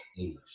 English